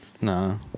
No